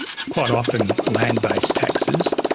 quite often land-based taxes,